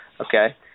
Okay